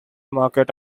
market